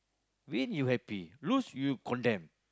win you happy lose you condemn